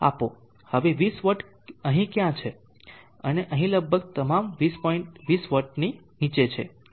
હવે 20 વોટ અહીં ક્યાંક છે અને અહીં લગભગ તમામ પોઇન્ટ્સ 20 વોટની નીચે છે